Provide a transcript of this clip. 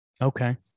Okay